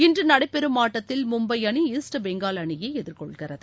இன்று நடைபெறும் ஆட்டத்தில் மும்பை அணி ஈஸ்ட் பெங்கால் அணியை எதிர்கொள்கிறது